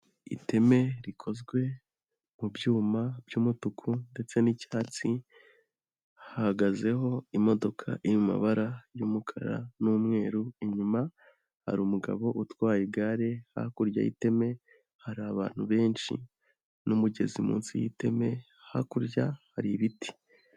Iteme rikozwe mu byuma by'umutuku ndetse n'icyatsi hahagazeho imodoka iri mu mabara y'umukara n'umweru. Inyuma hari umugabo utwaye igare, hakurya y'iteme hari abantu benshi n'umugezi munsi y'iteme, hakurya hari ibiti.